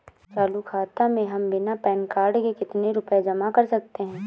चालू खाता में हम बिना पैन कार्ड के कितनी रूपए जमा कर सकते हैं?